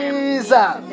Jesus